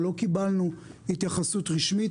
אבל לא קיבלנו התייחסות רשמית.